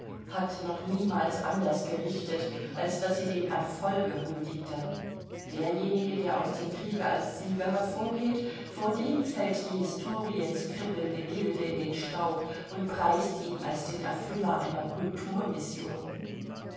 hat noch niemals anders gerichtet als daß sie dem erfolge huldigte derjenige der aus dem kriege als sieger hervorgeht vor dem fällt die historienskribbelnde gilde in den staub und preist ihn als den erfüller einer